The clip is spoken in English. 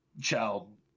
child